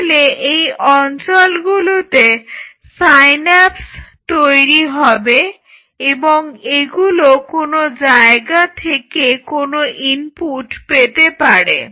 তাহলে এই অঞ্চলগুলোতে সাইন্যাপস তৈরি হবে এবং এগুলো কোনো জায়গা থেকে কোনো ইনপুট পেতে পারে